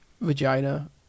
vagina